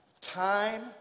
Time